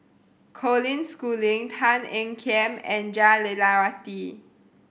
Colin Schooling Tan Ean Kiam and Jah Lelawati